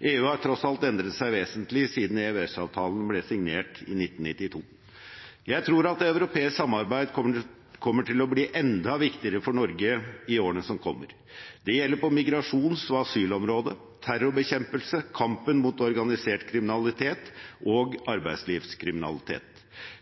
EU har tross alt endret seg vesentlig siden EØS-avtalen ble signert i 1992. Jeg tror at europeisk samarbeid kommer til å bli enda viktigere for Norge i årene som kommer. Det gjelder på migrasjons- og asylområdet, terrorbekjempelse, kampen mot organisert kriminalitet og arbeidslivskriminalitet.